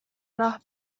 راه